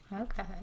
Okay